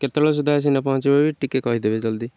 କେତେବେଳେ ସୁଦ୍ଧା ଆସିିକିନା ପହଁଞ୍ଚିବେ ବି ଟିକେ କହିଦେବେ ଜଲ୍ଦି